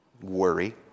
Worry